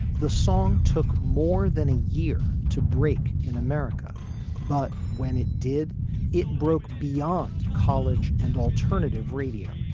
the song took more than a year to break in america but when it did it broke beyond college and alternative radio.